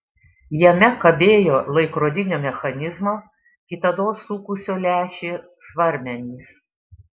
jame kabėjo laikrodinio mechanizmo kitados sukusio lęšį svarmenys